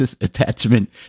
attachment